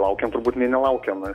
laukiam turbūt nei nelaukiam